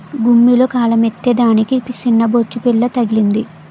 గుమ్మిలో గాలమేత్తే దానికి సిన్నబొచ్చుపిల్ల తగిలింది